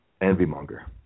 envy-monger